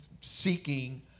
seeking